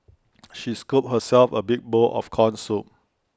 she scooped herself A big bowl of Corn Soup